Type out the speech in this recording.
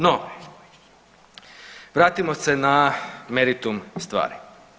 No vratimo se na meritum stvari.